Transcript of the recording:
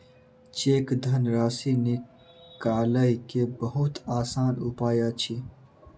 cheque धनराशि निकालय के बहुत आसान उपाय अछि